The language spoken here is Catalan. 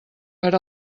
per